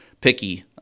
picky